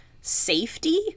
safety